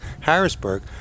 Harrisburg